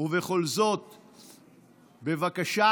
בבקשה